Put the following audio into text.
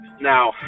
Now